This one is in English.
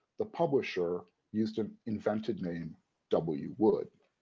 the publisher used an invented name w. wood.